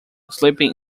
sleeping